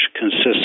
consists